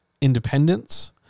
independence